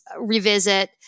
revisit